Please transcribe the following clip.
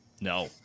No